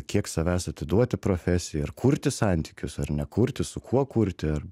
kiek savęs atiduoti profesijai ar kurti santykius ar nekurti su kuo kurti ar